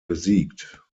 besiegt